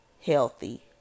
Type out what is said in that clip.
healthy